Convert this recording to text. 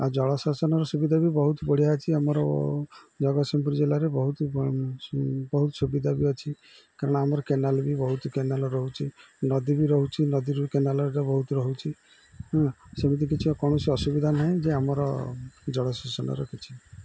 ଆଉ ଜଳସେଚନର ସୁବିଧା ବି ବହୁତ ବଢ଼ିଆ ଅଛି ଆମର ଜଗତସିଂହପୁର ଜିଲ୍ଲାରେ ବହୁତ ବହୁତ ସୁବିଧା ବି ଅଛି କାରଣ ଆମର କେନାଲ ବି ବହୁତ କେନାଲ ରହୁଛି ନଦୀ ବି ରହୁଛି ନଦୀରୁ କେନାଲରେ ବହୁତ ରହୁଛି ସେମିତି କିଛି କୌଣସି ଅସୁବିଧା ନାହିଁ ଯେ ଆମର ଜଳସେଚନର କିଛି